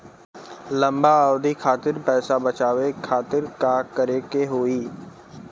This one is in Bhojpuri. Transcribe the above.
लंबा अवधि खातिर पैसा बचावे खातिर का करे के होयी?